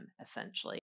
essentially